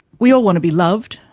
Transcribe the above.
we all want to be loved,